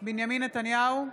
בנימין נתניהו,